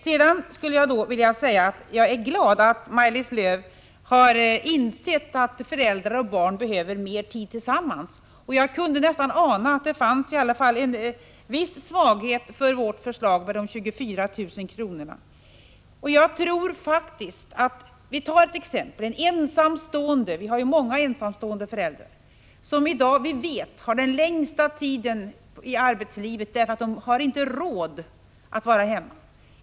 Sedan skulle jag vilja säga att jag är glad att Maj-Lis Lööw har insett att föräldrar och barn behöver mer tid tillsammans. Jag kunde nästan ana att det fanns i alla fall en viss svaghet för vårt förslag om de 24 000 kronorna. Det finns i dag många ensamstående föräldrar, och vi vet att de har de längsta arbetsdagarna, därför att de inte har råd att vara hemma.